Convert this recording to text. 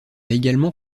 également